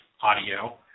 audio